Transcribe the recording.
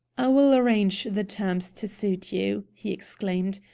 i will arrange the terms to suit you, he exclaimed.